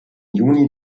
juni